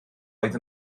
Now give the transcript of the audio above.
oedd